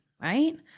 right